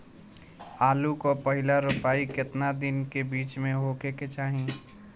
आलू क पहिला रोपाई केतना दिन के बिच में होखे के चाही?